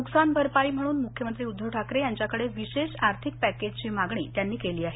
नुकसान भरपाई म्हणून मुख्यमंत्री उद्धव ठाकरे यांच्याकडे विशेष आर्थिक पॅकेजची त्यांनी मागणी केली आहे